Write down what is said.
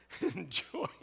Enjoy